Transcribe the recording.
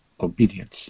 obedience